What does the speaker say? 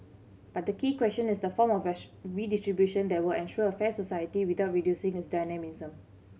but the key question is the form of redistribution that will ensure a fair society without reducing its dynamism